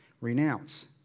Renounce